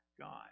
God